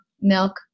milk